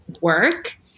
work